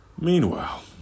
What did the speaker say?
Meanwhile